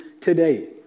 today